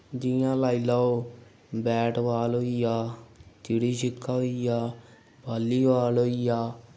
जियां लाई लैओ बैट बाल होई गेआ चिड़ी छिक्का होई गेआ बाल्ली बाल होई गेआ